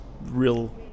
real